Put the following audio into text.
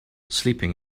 sleeping